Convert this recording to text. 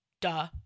duh